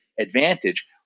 advantage